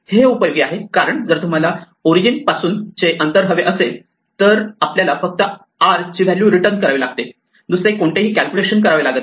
हे उपयोगी आहे कारण जर तुम्हाला O पासूनचे ओरिजिन पासूनचे अंतर हवे असेल तर आपल्याला फक्त r ची व्हॅल्यू रिटर्न करावी लागते दुसरे कोणतेही कॅल्क्युलेशन करावे लागत नाही